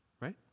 right